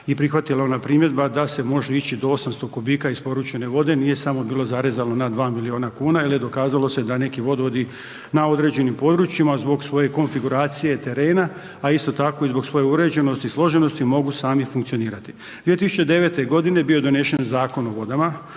i prihvatila ona primjedba da se može ići do 800 kubika isporučene vode, nije bilo samo zarezano na 2 milijuna kuna jel je dokazalo se da neki vodovodi na određenim područjima zbog svoje konfiguracije terena, a isto tako i zbog svoje uređenosti i složenosti mogu sami funkcionirati. 2009.g. bio je donesen Zakon o vodama